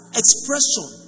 expression